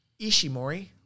Ishimori